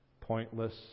pointless